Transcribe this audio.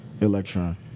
Electron